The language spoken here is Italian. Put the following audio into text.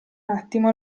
attimo